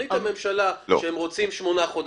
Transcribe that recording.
תחליט הממשלה שהיא רוצה שמונה חודשים,